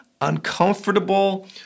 uncomfortable